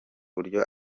buryo